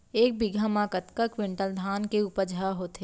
एक बीघा म कतका क्विंटल धान के उपज ह होथे?